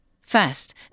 First